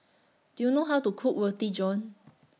Do YOU know How to Cook Roti John